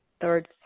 third